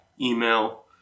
email